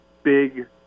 Big